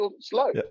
slow